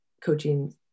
coaching